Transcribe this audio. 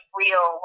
real